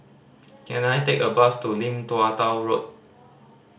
can I take a bus to Lim Tua Tow Road